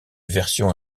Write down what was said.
version